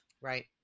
right